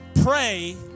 pray